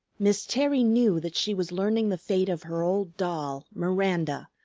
miss terry knew that she was learning the fate of her old doll, miranda,